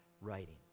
writing